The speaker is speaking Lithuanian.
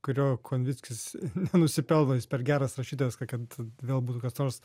kurio konvickis nenusipelno jis per geras rašytojas tai kad vėl būtų kas nors